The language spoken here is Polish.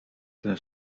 tym